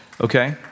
Okay